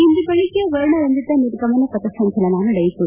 ಇಂದು ಬೆಳಗ್ಗೆ ವರ್ಣರಂಜಿತ ನಿರ್ಗಮನ ಪಥಸಂಚಲನ ನಡೆಯಿತು